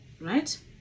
right